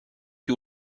you